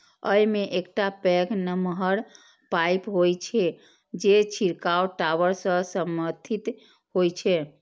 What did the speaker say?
अय मे एकटा पैघ नमहर पाइप होइ छै, जे छिड़काव टावर सं समर्थित होइ छै